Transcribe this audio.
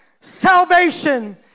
salvation